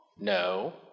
No